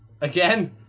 Again